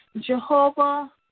Jehovah